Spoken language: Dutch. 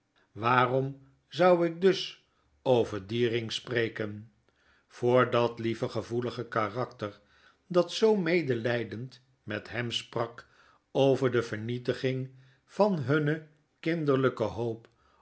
waarom zou ik dus over dien jjmmm het geheim van edwin deood ring spreken voor dat lieve gevoelige karakter dat zoo medelfldend met hem sprak over de vernietiging van hunne kinderlgke hoop